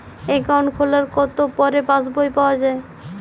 Account খোলার কতো পরে পাস বই পাওয়া য়ায়?